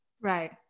right